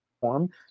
form